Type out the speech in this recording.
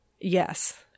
Yes